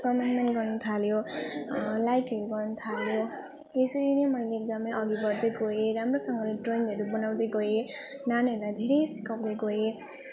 commandment गर्नु थाल्यो लाइकहरू गर्नु थाल्यो यसरी नै मैले एकदमै अघि बढ्दै गएँ राम्रोसँगले ड्रयिङहरू बनाउँदै गएँ नानीहरूलाई धेरै सिकाउँदै गएँ